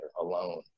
alone